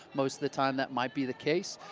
most of the time that might be the case.